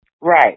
right